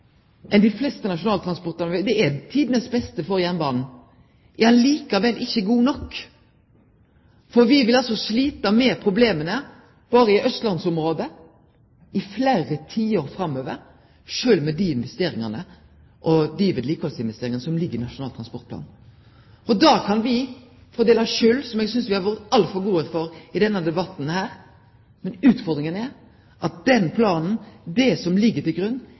enn dei fleste nasjonale transportplanar, det er tidenes beste for jernbanen – er likevel ikkje god nok. Vi vil altså slite med problema – berre i austlandsområdet – i fleire tiår framover, sjølv med dei investeringane og dei vedlikehaldsinvesteringane som ligg i Nasjonal transportplan. Da kan vi fordele skuld, som eg synest vi har vore altfor gode til i denne debatten her. Men utfordringa er at den planen, det som ligg til grunn,